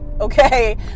okay